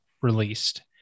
released